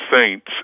saints